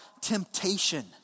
temptation